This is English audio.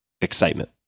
Excitement